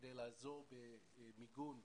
כדי לעזור במיגון הקהילות,